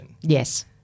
Yes